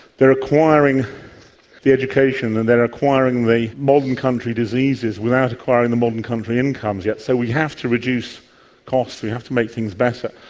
they are acquiring the education and they are acquiring the modern country diseases without acquiring the modern country incomes yet, so we have to reduce costs, we have to make things better.